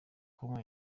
com